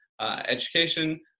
education